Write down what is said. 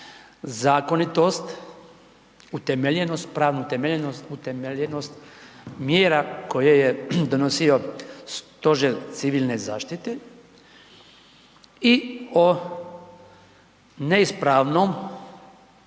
zakonitost, utemeljenost, pravu utemeljenost, mjera koje je donosio Stožer civilne zaštite i o neispravnom